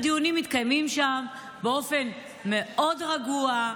הדיונים מתקיימים שם באופן מאוד רגוע,